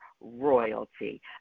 royalty